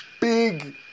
big